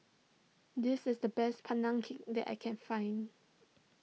this is the best Pandan Cake that I can find